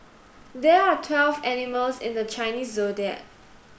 there are twelve animals in the Chinese Zodiac